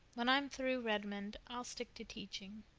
when i'm through redmond i'll stick to teaching.